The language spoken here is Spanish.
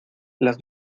las